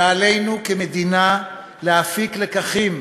ועלינו כמדינה להפיק לקחים,